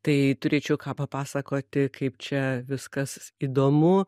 tai turėčiau ką papasakoti kaip čia viskas įdomu